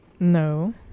no